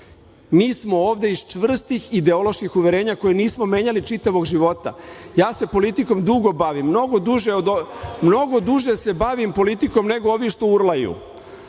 mi smo ovde iz čvrstih ideoloških uverenja koje nismo menjali čitavog života. Ja se politikom dugo bavim, mnogo duže se bavim politikom nego ovi što urlaju